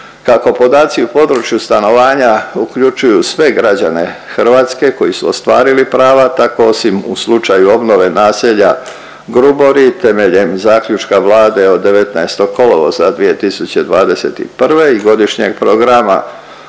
Kako podaci u području stanovanja uključuju sve građane Hrvatske koji su ostvarili prava, tako osim u slučaju obnove naselja Grubori, temeljem Zaključka Vlade od 19. kolovoza 2021. i godišnjeg programa